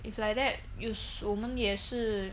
if like that use 我们也是